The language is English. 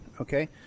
okay